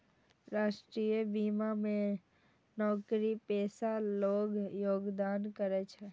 राष्ट्रीय बीमा मे नौकरीपेशा लोग योगदान करै छै